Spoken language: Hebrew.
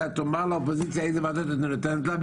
שהקואליציה תאמר לאופוזיציה איזה ועדות היא נותנת לה,